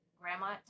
grandma